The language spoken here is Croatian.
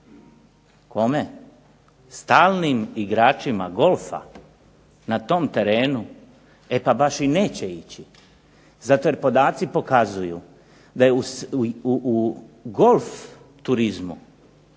Kome? Stalnim igračima golfa na tom terenu, e pa baš i neće ići. Zato jer podaci pokazuju da je u golf turizmu